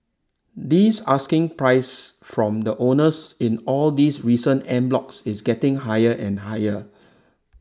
this asking price from the owners in all these recent en blocs is getting higher and higher